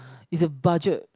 is a budget